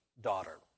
daughter